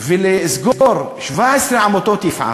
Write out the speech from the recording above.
ולסגור 17 עמותות, יפעת,